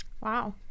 Wow